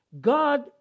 God